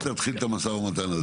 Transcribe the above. אל תתחיל פה משא ומתן על זה.